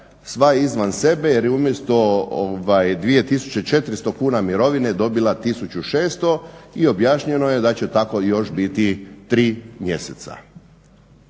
sva izvan sebe jer je umjesto 2.400 kn mirovine dobila 1.600 i objašnjeno je da će tako još biti tri mjeseca.